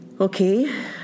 okay